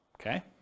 Okay